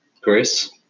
Chris